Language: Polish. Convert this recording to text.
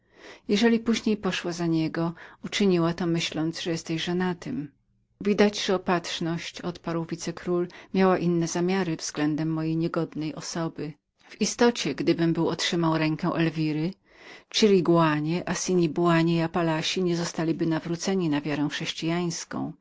jeżeli później poszła za niego uczyniła to jedynie w myśli że byłeś żonatym widać że opatrzność odparł wicekról miała inne zamiary względem mojej niegodnej osoby w istocie gdybym był otrzymał rękę elwiry chirigony askapelki i apalachy nie zostaliby nawróceni na wiarę chrześcijańską